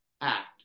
Act